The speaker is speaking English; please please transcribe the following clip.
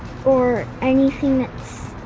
or anything that's